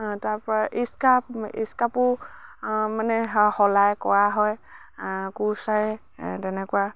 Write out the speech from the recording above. তাৰপৰা ইস্কাপ ইস্কাপো মানে শলাই কৰা হয় কুৰ্চাৰে তেনেকুৱা